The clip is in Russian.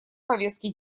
повестки